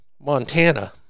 Montana